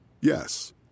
Yes